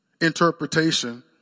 interpretation